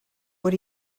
what